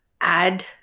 add